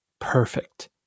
perfect